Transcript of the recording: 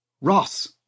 Ross